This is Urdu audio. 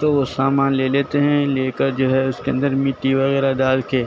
تو وہ سامان لے لیتے ہیں لے کر جو ہے اس کے اندر مٹی وغیرہ ڈال کے